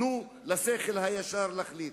תנו לשכל הישר להחליט.